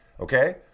Okay